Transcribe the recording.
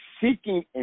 Seeking